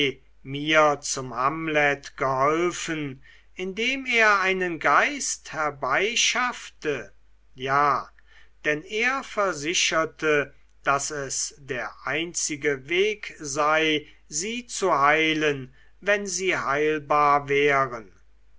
mir zum hamlet geholfen indem er einen geist herbeischaffte ja denn er versicherte daß es der einzige weg sei sie zu heilen wenn sie heilbar wären